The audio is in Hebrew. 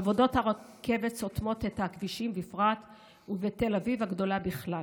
עבודות הרכבת סותמות את הכבישים בכלל ובתל אביב הגדולה בפרט,